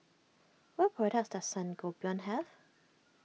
what products does Sangobion have